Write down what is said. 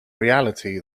reality